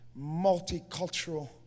multicultural